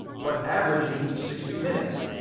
but averaging sixty minutes.